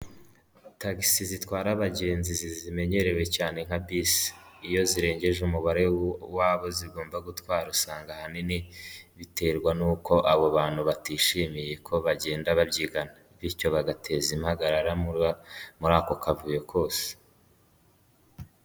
Tagisi zitwara abagenzi izi zimenyerewe cyane nka bisi, iyo zirengeje umubare w'abo zigomba gutwara usanga ahanini biterwa nuko abo bantu batishimiye ko bagenda babyigana. Bityo bagateza impagarara muri ako kavuyo kose.